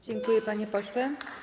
Dziękuję, panie pośle.